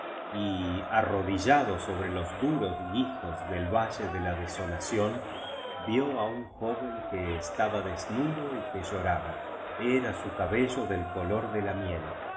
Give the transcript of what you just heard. y arrodillado sobre los duros guijos del valle de la deso lación vio á un joven que estaba desnudo y que lloraba era su cabello del color de la miel